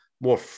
more